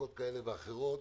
בתקופת כאלה ואחרות